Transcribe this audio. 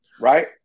right